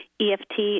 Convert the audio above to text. EFT